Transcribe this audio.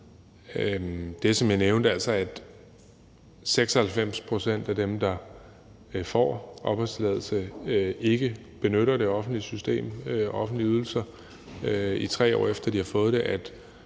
det, som jeg nævnte, altså at 96 pct. af dem, der får opholdstilladelse, ikke benytter det offentlige system, offentlige ydelser, 3 år efter de har fået den;